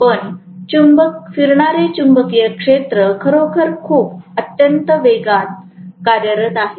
पण फिरणारे चुंबकीय क्षेत्र खरोखर खूप अत्यंत वेगात कार्यरत आहे